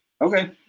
Okay